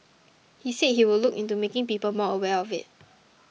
he said he would look into making people more aware of it